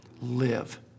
Live